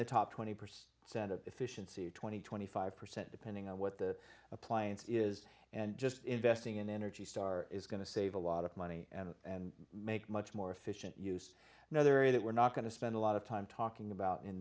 the top twenty percent set of efficiency two thousand and twenty five percent depending on what the appliance is and just investing in energy star is going to save a lot of money and make much more efficient use another area that we're not going to spend a lot of time talking about in